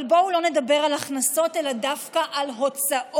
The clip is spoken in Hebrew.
אבל בואו לא נדבר על הכנסות אלא דווקא על הוצאות.